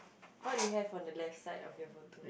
what do you have on the left side of your photo